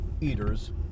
eaters